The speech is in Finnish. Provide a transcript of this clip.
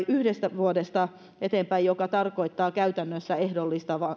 yhdestä vuodesta eteenpäin mikä tarkoittaa käytännössä ehdollista